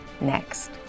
next